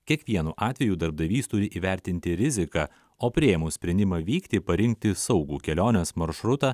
kiekvienu atveju darbdavys turi įvertinti riziką o priėmus sprendimą vykti parinkti saugų kelionės maršrutą